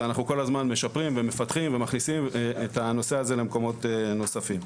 ואנחנו כל הזמן משפרים ומפתחים ומכניסים את הנושא הזה למקומות נוספים.